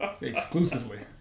Exclusively